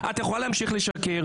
הוא נאלץ להשבית את הרכב.